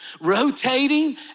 rotating